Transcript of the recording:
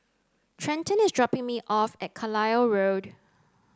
Trenten is dropping me off at Carlisle Road